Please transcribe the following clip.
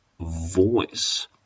voice